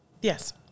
Yes